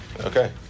Okay